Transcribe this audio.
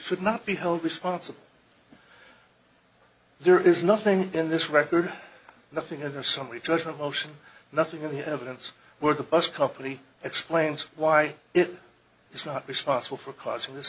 should not be held responsible there is nothing in this record nothing under somebody's judgment motion nothing in the evidence where the bus company explains why it is not responsible for causing this